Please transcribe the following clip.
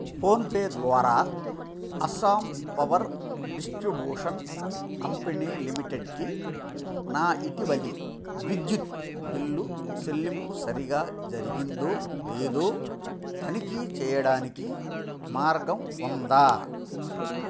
PhonePe ద్వారా Assam power distribution company లిమిటెడ్కి నా ఇటీవలి విద్యుత్ బిల్లు చెల్లింపు సరిగ్గా జరిగిందో లేదో తనిఖీ చేయడానికి మార్గం ఉందా